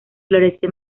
florece